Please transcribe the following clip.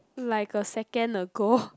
like a second ago